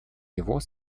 его